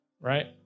Right